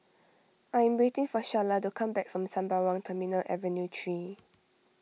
I am waiting for Sharla to come back from Sembawang Terminal Avenue three